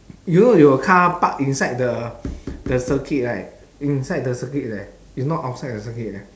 you know your car park inside the the circuit right inside the circuit leh it's not outside the circuit leh